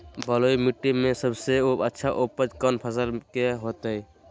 बलुई मिट्टी में सबसे अच्छा उपज कौन फसल के होतय?